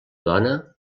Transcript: dona